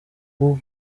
ubu